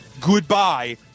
Goodbye